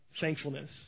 thankfulness